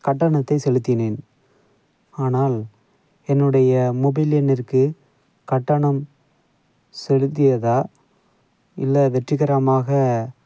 கட்டணத்தைச் செலுத்தினேன் ஆனால் என்னுடைய மொபைல் எண்ணிற்கு கட்டணம் செலுத்தியதா இல்லை வெற்றிகரமாக